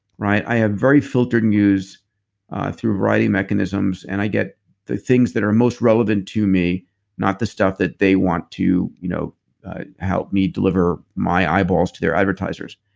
i have very filtered news through writing mechanisms. and i get the things that are most relevant to me not the stuff that they want to you know help me deliver my eyeballs to their advertisers.